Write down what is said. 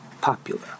popular